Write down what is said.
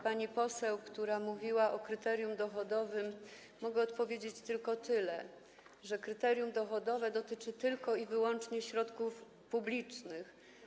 Pani poseł, która mówiła o kryterium dochodowym, mogę odpowiedzieć tylko tyle, że kryterium dochodowe dotyczy tylko i wyłącznie środków publicznych.